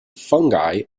fungi